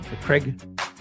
craig